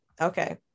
okay